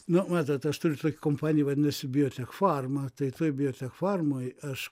nu matot aš turiu tokią kompaniją vadinasi biotech farma tai toj biotech farmoj aš